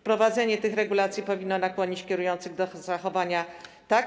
Wprowadzenie tych regulacji powinno nakłonić kierujących do zachowania